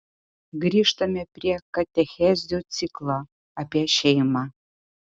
grįžtame prie katechezių ciklo apie šeimą